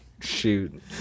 shoot